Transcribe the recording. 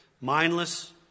Mindless